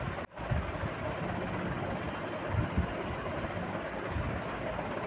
गव्य विकास मिसन योजना के तहत गाय केना लिये सकय छियै?